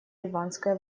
ливанское